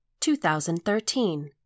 2013